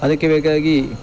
ಅದಕ್ಕೆ ಬೇಕಾಗಿ